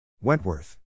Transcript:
Wentworth